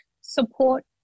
support